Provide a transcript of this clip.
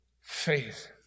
Faith